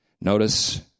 notice